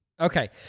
Okay